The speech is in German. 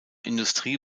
industrie